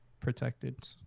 protected